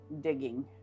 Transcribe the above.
digging